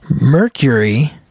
Mercury